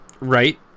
Right